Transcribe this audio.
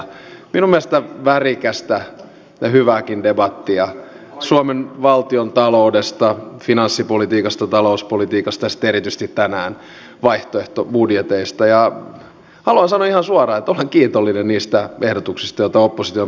minun mielestäni on ollut värikästä ja hyvääkin debattia suomen valtiontaloudesta finanssipolitiikasta talouspolitiikasta ja sitten erityisesti tänään vaihtoehtobudjeteista ja haluan sanoa ihan suoraan että olen kiitollinen niistä ehdotuksista joita oppositio on pistänyt pöytään